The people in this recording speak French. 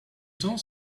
temps